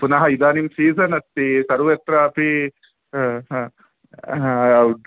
पुनः इदानीं सीज़न् अस्ति सर्वत्रापि ह द ह्